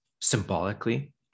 symbolically